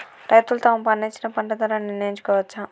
రైతులు తాము పండించిన పంట ధర నిర్ణయించుకోవచ్చా?